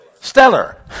Stellar